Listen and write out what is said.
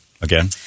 again